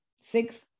six